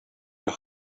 your